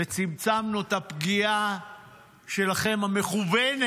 וצמצמנו את הפגיעה המכוונת